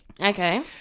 okay